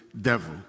devil